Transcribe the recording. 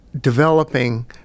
developing